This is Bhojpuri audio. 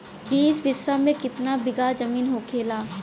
बीस बिस्सा में कितना बिघा जमीन होखेला?